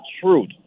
truth